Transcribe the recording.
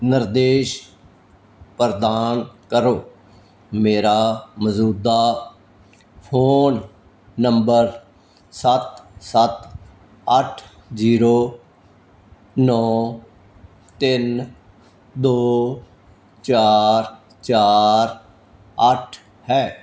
ਨਿਰਦੇਸ਼ ਪ੍ਰਦਾਨ ਕਰੋ ਮੇਰਾ ਮੌਜੂਦਾ ਫੋਨ ਨੰਬਰ ਸੱਤ ਸੱਤ ਅੱਠ ਜੀਰੋ ਨੌ ਤਿੰਨ ਦੋ ਚਾਰ ਚਾਰ ਅੱਠ ਹੈ